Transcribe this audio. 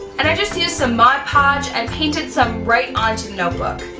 and i just used some mod podge and painted some right onto the notebook.